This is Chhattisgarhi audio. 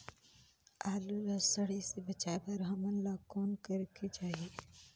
आलू ला सड़े से बचाये बर हमन ला कौन करेके चाही?